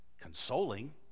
consoling